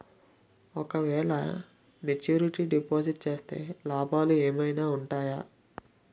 ఓ క వేల maturity deposit చేస్తే లాభాలు ఏమైనా ఉంటాయా?